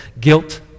guilt